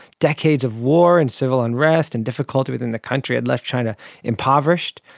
decades of war and civil unrest and difficulty within the country had left china impoverished.